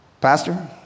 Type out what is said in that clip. Pastor